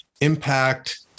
impact